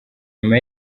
nyuma